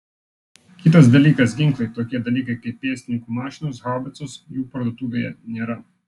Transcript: kitas dalykas ginklai tokie dalykai kaip pėstininkų mašinos haubicos jų parduotuvėje nėra